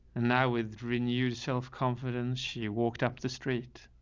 and that with renewed self-confidence, she walked up the street.